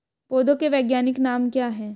पौधों के वैज्ञानिक नाम क्या हैं?